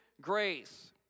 grace